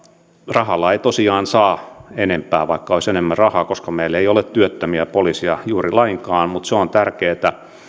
rahalla ei tosiaan saa enempää koska vaikka olisi enemmän rahaa meillä ei ole työttömiä poliiseja juuri lainkaan mutta se on tärkeää